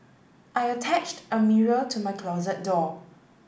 I attached a mirror to my closet door